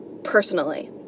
Personally